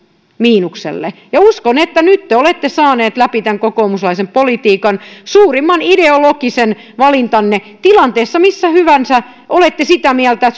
miinukselle uskon että nyt te olette saaneet läpi tämän kokoomuslaisen politiikan suurimman ideologisen valintanne tilanteessa missä hyvänsä olette sitä mieltä